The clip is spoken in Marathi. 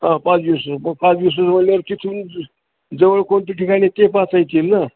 हां पाच दिवस आहे मग पाच दिवस आहे म्हणल्यावर तिथून जवळ कोणती ठिकाणं आहे ते पाहता येतील ना